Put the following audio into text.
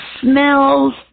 smells